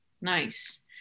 Nice